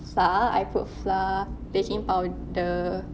flour I put flour baking powder